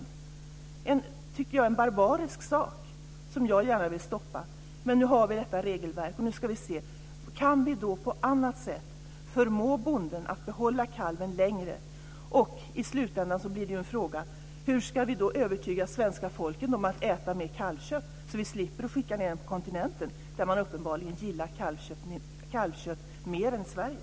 Det är en, tycker jag, barbarisk sak som jag gärna vill stoppa. Men nu har vi detta regelverk, och nu ska vi se om vi på annat sätt kan förmå bonden att behålla kalven längre. I slutändan blir det fråga om hur vi ska övertyga svenska folket om att äta mer kalvkött så att vi slipper att skicka kalvar till kontinenten, där man uppenbarligen gillar kalvkött mer än i Sverige.